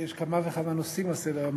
יש כמה וכמה נושאים על סדר-היום.